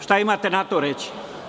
Šta imate na to reći?